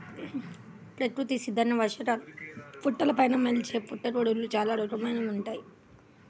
ప్రకృతి సిద్ధంగా వర్షాకాలంలో పుట్టలపైన మొలిచే పుట్టగొడుగులు చాలా రుచికరంగా ఉంటాయి